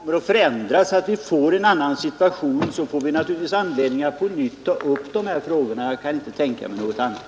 Fru talman! Om man förutsätter att grunderna kommer att förändras så att vi får en annan situation får vi naturligtvis anledning att på nytt ta upp dessa frågor. Jag kan inte tänka mig något annat.